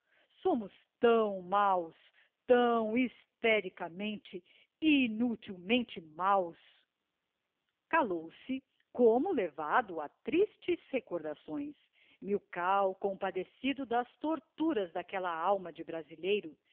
somos tão máos tão hystericamente inutilmente máos calcu se como levado a tristes recordações milkau compadecido das torturas d'aquella alma de brasileiro